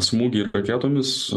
smūgį raketomis